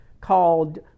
called